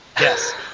Yes